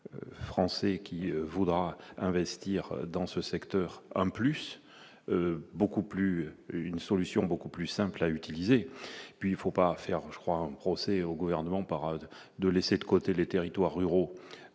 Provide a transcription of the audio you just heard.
Français qui voudra investir dans ce secteur, en plus, beaucoup plus une solution beaucoup plus simple à utiliser et puis il faut pas faire, je crois, un procès au gouvernement par de laisser de côté les territoires ruraux